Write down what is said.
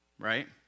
Right